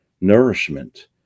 nourishment